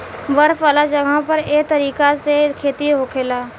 बर्फ वाला जगह पर एह तरीका से खेती होखेला